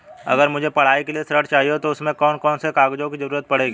अगर मुझे पढ़ाई के लिए ऋण चाहिए तो उसमें कौन कौन से कागजों की जरूरत पड़ेगी?